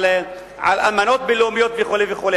על אמנות בין-לאומיות וכו' וכו',